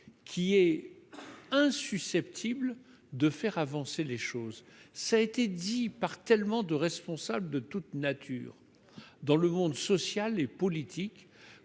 brouillard insusceptible de faire avancer les choses. Cela a été dit par tant de responsables de toute nature dans le monde social et politique